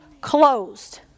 closed